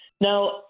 Now